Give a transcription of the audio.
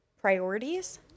priorities